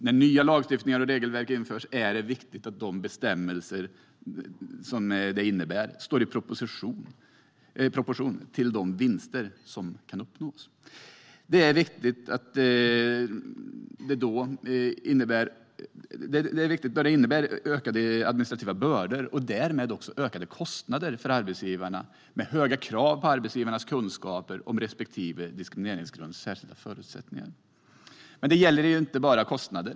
När nya lagstiftningar och regelverk införs är det viktigt att bestämmelserna står i proportion till de vinster som kan uppnås. Det är viktigt då det innebär ökade administrativa bördor och därmed ökade kostnader för arbetsgivarna och höga krav på arbetsgivarnas kunskaper om respektive diskrimineringsgrunds särskilda förutsättningar. Det gäller inte bara kostnader.